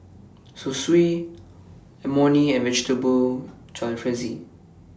Zosui Imoni and Vegetable Jalfrezi